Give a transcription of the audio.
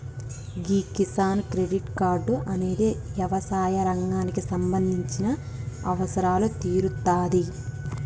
గీ Kisan credit card అనేది యవసాయ రంగానికి సంబంధించిన అవసరాలు తీరుత్తాది